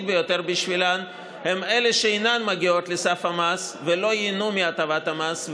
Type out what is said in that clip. ביותר בשבילן הן אלה שאינן מגיעות לסף המס ולא ייהנו מהטבת המס.